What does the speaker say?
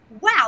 wow